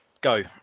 go